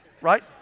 right